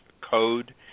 code